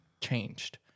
changed